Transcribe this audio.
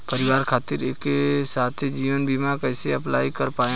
परिवार खातिर एके साथे जीवन बीमा कैसे अप्लाई कर पाएम?